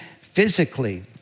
physically